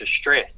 stress